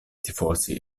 tifosi